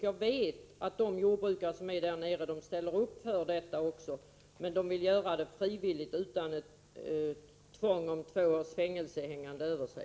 Jag vet att jordbrukarna där nere ställer upp för det, men de vill göra det frivilligt, utan hot om två års fängelse hängande över sig.